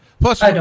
Plus